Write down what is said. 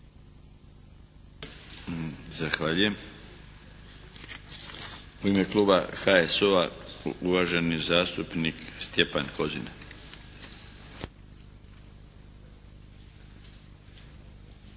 Zahvaljujem. U ime kluba HSU-a, uvaženi zastupnik Stjepan Kozina.